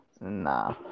Nah